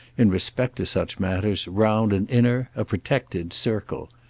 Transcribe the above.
in respect to such matters, round an inner, a protected circle.